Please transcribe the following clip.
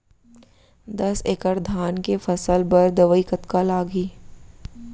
दस एकड़ धान के फसल बर दवई कतका लागही?